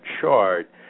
chart